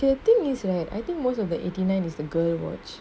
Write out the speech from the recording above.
the thing is had I think most of the eighty nine is the girl watch